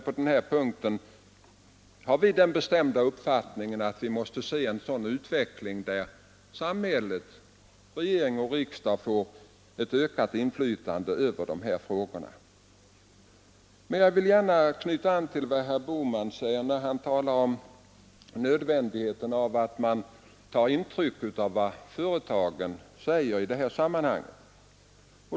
På den här punkten har vi socialdemokrater den bestämda uppfattningen att det måste bli en utveckling där samhället, dvs. regering och riksdag, får ökat inflytande i dessa frågor. Jag vill gärna knyta an till vad herr Bohman säger när han talar om nödvändigheten av att man tar intryck av vad företagen säger i dessa sammanhang.